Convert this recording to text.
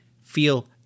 feel